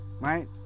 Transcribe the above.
Right